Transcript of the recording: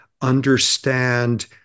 understand